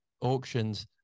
auctions